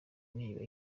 niba